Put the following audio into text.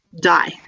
die